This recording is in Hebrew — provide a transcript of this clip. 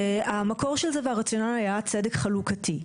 המקור של זה ברציונל היה צדק חלוקתי.